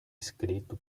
escrito